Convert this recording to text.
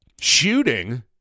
shooting